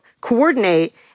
coordinate